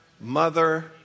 mother